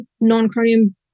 non-Chromium